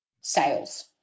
sales